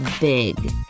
big